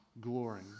glory